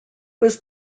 was